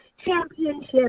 championship